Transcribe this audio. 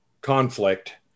conflict